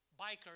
bikers